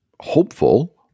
hopeful